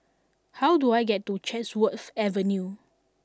how do I get to Chatsworth Avenue